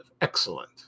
excellent